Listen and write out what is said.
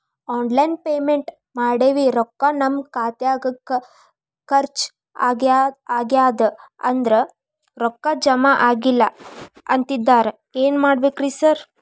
Online payment ಮಾಡೇವಿ ರೊಕ್ಕಾ ನಮ್ ಖಾತ್ಯಾಗ ಖರ್ಚ್ ಆಗ್ಯಾದ ಅವ್ರ್ ರೊಕ್ಕ ಜಮಾ ಆಗಿಲ್ಲ ಅಂತಿದ್ದಾರ ಏನ್ ಮಾಡ್ಬೇಕ್ರಿ ಸರ್?